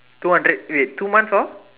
two hundred wait two months of